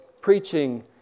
preaching